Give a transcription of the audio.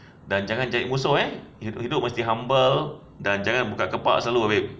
dan jangan cari musuh eh gitu mesti humble dan jangan buka kepak selalu babe